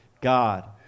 God